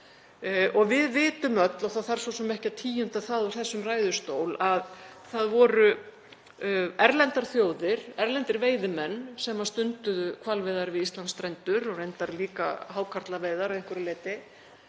ár. Við vitum öll, og það þarf svo sem ekki að tíunda það úr þessum ræðustól, að það voru erlendar þjóðir, erlendir veiðimenn sem stunduðu hvalveiðar við Íslandsstrendur, og reyndar líka hákarlaveiðar að einhverju leyti,